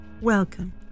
welcome